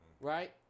right